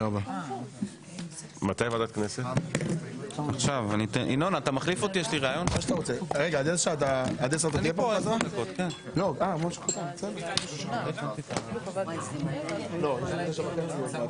בשעה 09:25.